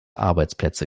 arbeitsplätze